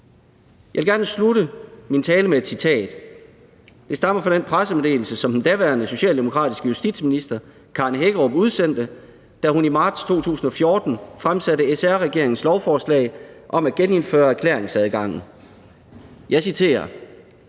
Jeg vil gerne slutte min tale med et citat. Det stammer fra den pressemeddelelse, som den daværende socialdemokratiske justitsminister, Karen Hækkerup, udsendte, da hun i marts 2014 fremsatte SR-regeringens lovforslag om at genindføre erklæringsadgangen. Jeg citerer: